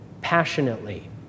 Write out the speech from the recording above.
passionately